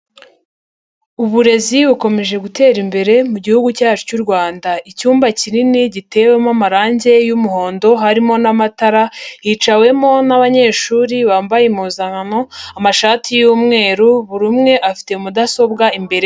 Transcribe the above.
Uburezi bukomeje gutera imbere mu gihugu cyacu cy'u Rwanda. Icyumba kinini gitewemo amarangi y'umuhondo harimo n'amatara, hicawemo n'abanyeshuri bambaye impuzankanmo, amashati y'umweru, buri umwe afite mudasobwa imbere.